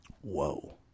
Whoa